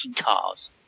cars